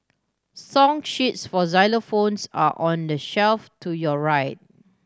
song sheets for xylophones are on the shelf to your right